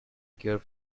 cure